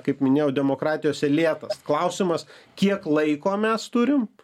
kaip minėjau demokratijose lėtas klausimas kiek laiko mes turim